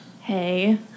Hey